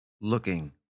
looking